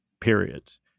periods